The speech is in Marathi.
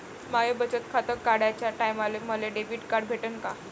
माय बचत खातं काढाच्या टायमाले मले डेबिट कार्ड भेटन का?